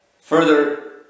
further